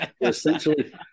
essentially